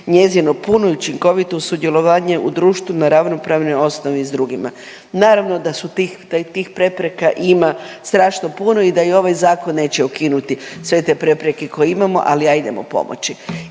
njezinu puno i učinkovito sudjelovanje u društvu na ravnopravnoj osnovi s drugima. Naravno da su tih da tih prepreka ima strašno puno i da i ovaj zakon neće ukinuti sve te prepreke koje imamo, ali ajdemo pomoći.